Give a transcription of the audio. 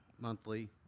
monthly